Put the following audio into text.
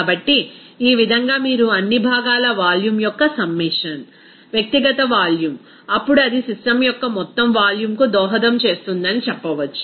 కాబట్టి ఈ విధంగా మీరు అన్ని భాగాల వాల్యూమ్ యొక్క సమ్మషన్ వ్యక్తిగత వాల్యూమ్ అప్పుడు అది సిస్టమ్ యొక్క మొత్తం వాల్యూమ్కు దోహదం చేస్తుందని చెప్పవచ్చు